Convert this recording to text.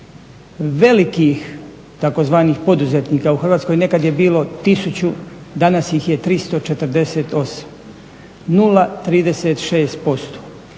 Velikih tzv. poduzetnika u Hrvatskoj nekad je bilo tisuću, danas ih je 348, 0,36%,